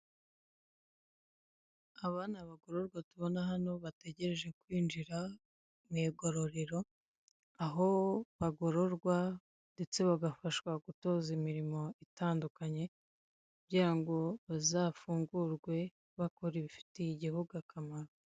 Aba ni abagororwa tubona hano bategereje kwinjira mu igororero, aho bagororwa ndetse bagafashwa gutozwa imirimo itandukanye kugirango bazafungurwe bakora ibifitiye igihugu akamaro.